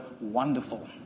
wonderful